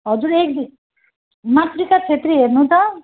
हजुर एक मातृका छेत्री हेर्नु त